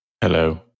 Hello